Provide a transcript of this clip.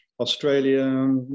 Australia